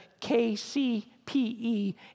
KCPE